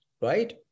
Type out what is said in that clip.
right